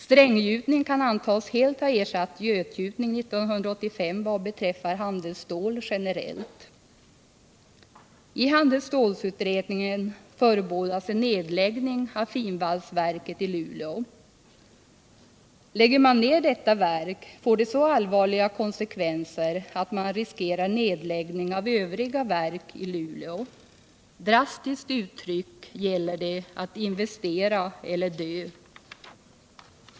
Stränggjutning kan antas helt ha ersatt götgjutning 1985 vad beträffar handelsstål generellt sett. I handelsstålsutredningen förebådas en nedläggning av finvalsverket i Luleå. En nedläggning av detta verk får så allvarliga konsekvenser att man riskerar nedläggning av övriga verk i Luleå. Drastiskt uttryckt gäller det att investera eller att dö.